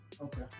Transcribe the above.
Okay